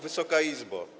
Wysoka Izbo!